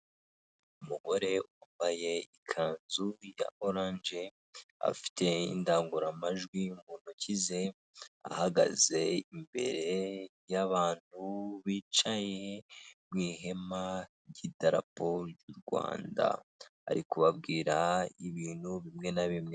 Umugore wambaye ikanzu ya orange, afite indangururamajwi mu ntoki ze, ahagaze imbere yabantu bicaye mu ihema ry'idarapo ry'u Rwanda. Ari kubabwira ibintu bimwe na bimwe.